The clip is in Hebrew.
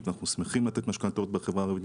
ואנחנו שמחים לתת משכנתאות בחברה הערבית,